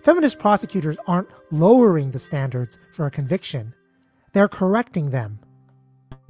feminist prosecutors aren't lowering the standards for a conviction they're correcting them